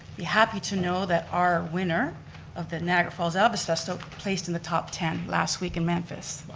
be happy to know that our winner of the niagara falls elvis festival placed in the top ten last week in memphis.